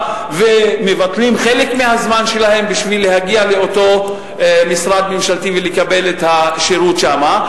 ומבטלים חלק מהזמן שלהם בשביל להגיע לאותו משרד ממשלתי ולקבל את השירות שם,